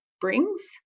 brings